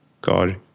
God